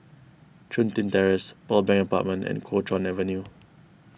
Chun Tin Terrace Pearl Bank Apartment and Kuo Chuan Avenue